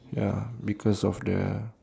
ya because of the